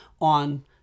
on